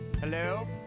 Hello